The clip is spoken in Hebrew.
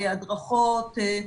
הדרכות,